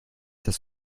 das